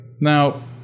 Now